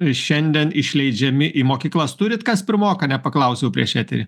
ir šiandien išleidžiami į mokyklas turit kas pirmoką nepaklausiau prieš eterį